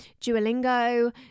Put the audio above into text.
Duolingo